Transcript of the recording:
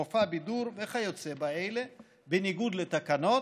מופע בידור וכיוצא באלה בניגוד לתקנות,